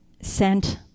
sent